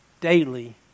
daily